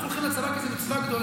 אנחנו הולכים לצבא כי זו מצווה גדולה,